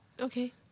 Okay